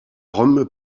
rome